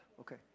Okay